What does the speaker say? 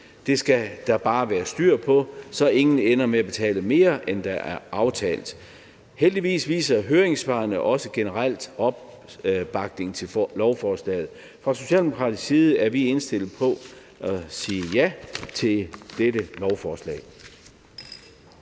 Det skal der bare være styr på, så ingen ender med at betale mere, end der er aftalt. Heldigvis viser høringssvarene også generelt opbakning til lovforslaget. Fra socialdemokratisk side er vi indstillet på at sige ja til dette lovforslag.